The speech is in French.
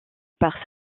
par